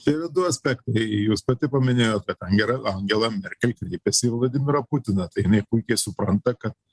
čia yra du aspektai jūs pati paminėjot kad angera angela merkel kreipėsi į vladimirą putiną tai jinai puikiai supranta kad